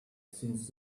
since